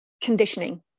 conditioning